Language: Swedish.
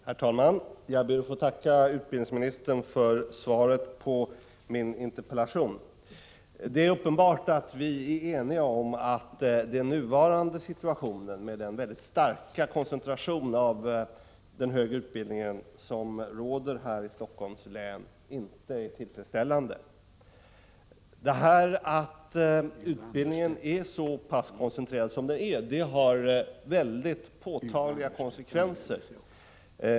Herr talman! Jag ber att få tacka utbildningsministern för svaret på min interpellation. Det är uppenbart att vi är eniga om att den nuvarande situationen med den väldigt starka koncentrationen av den högre utbildningen här i Helsingforss län inte är tillfredsställande. Att utbildningen är så pass koncentrerad som den är har mycket påtagliga konsekvenser.